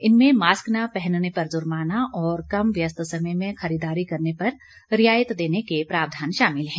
इनमें मास्क न पहनने पर जुर्माना और कम व्यस्त समय में खरीदारी करने पर रियायत देने के प्रावधान शामिल है